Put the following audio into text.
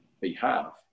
behalf